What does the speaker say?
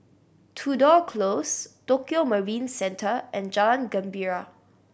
Tudor Close Tokio Marine Centre and Jalan Gembira